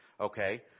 Okay